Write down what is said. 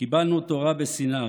קיבלנו תורה בסיני,